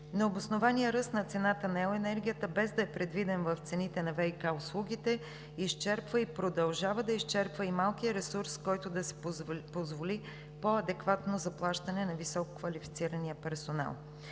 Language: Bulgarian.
Необоснованият ръст на цената на ел. енергията, без да е предвиден в цените на ВиК услугите, изчерпва и продължава да изчерпва и малкия ресурс, с който да се позволи по-адекватно заплащане на висококвалифицирания персонал.